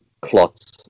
clots